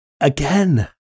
Again